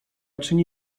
czyni